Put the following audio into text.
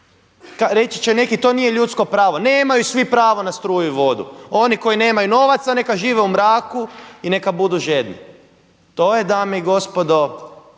Reći će neki to nije ljudsko pravo, nemaju svi pravo na struju i vodu, oni koji nemaju novaca neka žive u mraku i neka budu žedni. To je dame i gospodo